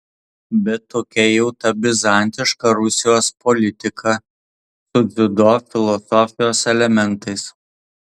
bet tokia jau ta bizantiška rusijos politika su dziudo filosofijos elementais